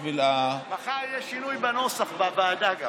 בשביל, מחר יהיה שינוי גם בנוסח בוועדה.